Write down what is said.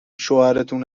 شوهرتون